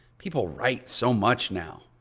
people write so much now.